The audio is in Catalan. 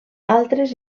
altres